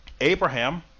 Abraham